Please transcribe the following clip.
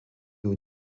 aux